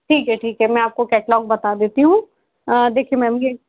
ठीक है ठीक है मैं आपको कैटलॉग बता देती हूँ देखिये मैम ये